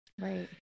Right